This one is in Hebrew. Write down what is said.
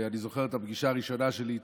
אני זוכר את הפגישה הראשונה שלי איתו,